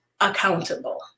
accountable